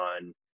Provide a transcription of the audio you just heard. on